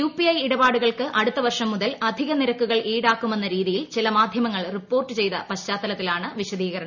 UPI ഉള്ടപാടുകൾക്ക് അടുത്തവർഷം മുതൽ അധിക നിരക്കുകൾ ഈടാക്കുമെന്ന രീതിയിൽ ചില മാധ്യമങ്ങൾ റിപ്പോർട്ട് ചെയ്ത പശ്ചാത്തലത്തിലാണ് വിശദീകരണം